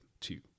two